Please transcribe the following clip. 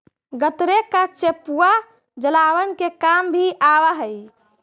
गन्ने का चेपुआ जलावन के काम भी आवा हई